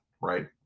right